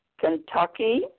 Kentucky